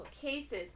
cases